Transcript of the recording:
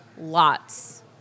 lots